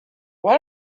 why